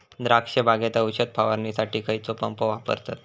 द्राक्ष बागेत औषध फवारणीसाठी खैयचो पंप वापरतत?